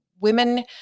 women